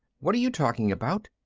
what are you talking about?